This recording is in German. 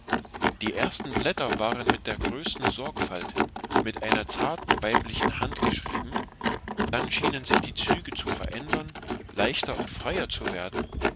die ersten blätter waren mit der größten sorgfalt mit einer zarten weiblichen hand geschrieben dann schienen sich die züge zu verändern leichter und freier zu werden